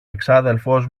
εξάδελφος